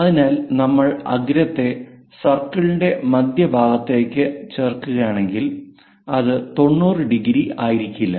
അതിനാൽ നമ്മൾ അഗ്രത്തെ സർക്കിളിന്റെ മധ്യഭാഗത്തേക്ക് ചേർക്കുകയാണെങ്കിൽ അത് 90 ഡിഗ്രി ആയിരിക്കില്ല